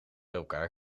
elkaar